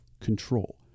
control